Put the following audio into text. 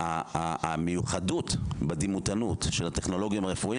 המיוחדות בדימותנות של הטכנולוגיים הרפואיים